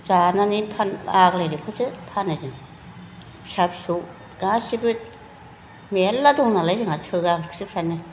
जानानै आग्लायनायखौसो फानो जों फिसा फिसौ गासैबो मेरला दं नालाय जोंहा थोआ ओंख्रिफ्रानो